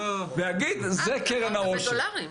ויגיד זה קרן העושר.